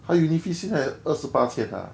!huh! uni fees 现在二十八千 ah